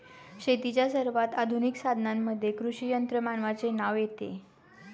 शेतीच्या सर्वात आधुनिक साधनांमध्ये कृषी यंत्रमानवाचे नाव येते